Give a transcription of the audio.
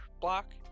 block